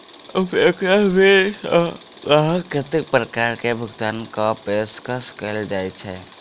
उपयोगिता बिल सऽ ग्राहक केँ कत्ते प्रकार केँ भुगतान कऽ पेशकश कैल जाय छै?